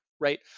right